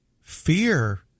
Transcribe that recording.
fear